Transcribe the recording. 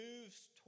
moves